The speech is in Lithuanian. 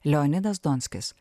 leonidas donskis